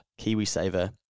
KiwiSaver